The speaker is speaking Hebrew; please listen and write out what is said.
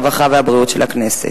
הרווחה והבריאות של הכנסת.